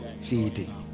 Feeding